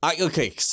Okay